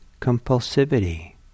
compulsivity